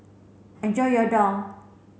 enjoy your Daal